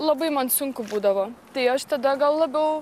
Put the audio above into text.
labai man sunku būdavo tai aš tada gal labiau